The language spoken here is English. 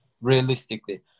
realistically